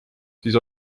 siis